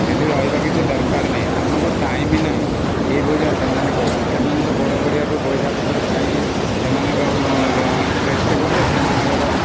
ଏଠି ରହିବା କିଛି ଦରକାର ନାହିଁ ଆମକୁ ଟାଇମ୍ ନାହିଁ ଏଇଭଳିଆ ସେମାନେ କହୁଛନ୍ତି ସେମାନେ ତ ବଡ଼ବଡ଼ିଆଠୁ ପଇସା ପତର ଖାଇକି ସେମାନେ ଟେଷ୍ଟ କଲେ ସେମାନଙ୍କର